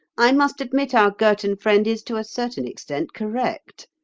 i must admit our girton friend is to a certain extent correct.